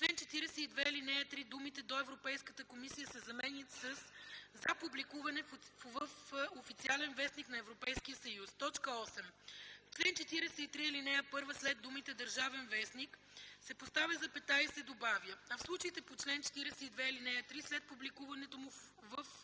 чл. 42, ал. 3 думите „до Европейската комисия” се заменят със „за публикуване в „Официален вестник” на Европейския съюз”. 8. В чл. 43, ал. 1 след думите „Държавен вестник” се поставя запетая и се добавя „а в случаите по чл. 42, ал. 3 – след публикуването му в